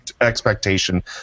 expectation